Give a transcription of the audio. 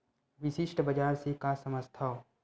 विशिष्ट बजार से का समझथव?